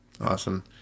awesome